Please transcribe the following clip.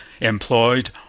employed